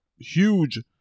huge